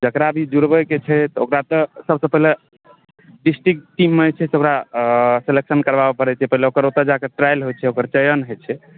जकरा भी जुड़बैके छै ओकरा तऽ सबसँ पहिले डिस्टिक टीममे जे छै से ओकरा सेलेक्शन करवाबऽ पड़ै छै पहिले ओकर ओतऽ जाकऽ ट्रायल होइ छै ओकर चयन होइ छै